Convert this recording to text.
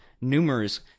numerous